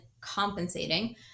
compensating